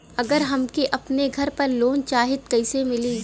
अगर हमके अपने घर पर लोंन चाहीत कईसे मिली?